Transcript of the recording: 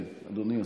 כן אדוני השר.